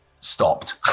Stopped